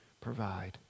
provide